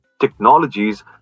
technologies